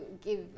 give